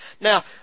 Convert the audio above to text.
Now